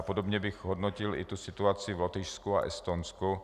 Podobně bych hodnotil i situaci v Lotyšsku a Estonsku.